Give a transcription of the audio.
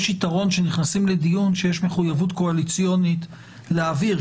יש יתרון שנכנסים לדיון כשיש מחויבות קואליציונית להעביר,